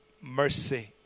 Mercy